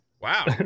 wow